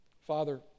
Father